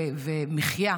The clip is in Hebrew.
ומחיה,